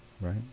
right